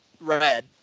Red